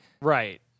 right